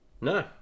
No